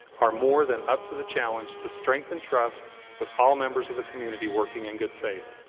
are more than up to the challenge to strengthen trust with all members of the community working in good faith.